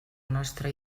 nostre